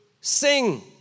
sing